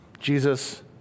Jesus